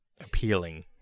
appealing